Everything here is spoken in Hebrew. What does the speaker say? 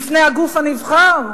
בפני הגוף הנבחר,